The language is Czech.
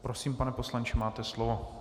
Prosím, pane poslanče, máte slovo.